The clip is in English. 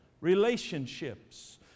relationships